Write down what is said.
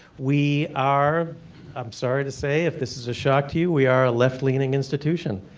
we are i'm sorry to say if this is a shock to you, we are left leaning institution,